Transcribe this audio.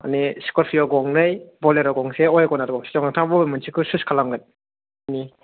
मानि स्करपिय' गंनै ब'लेर' गंसे अवेगनार गंसे दं नोंथाङा बबे मोनसेखौ सुस खालामगोन